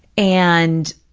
and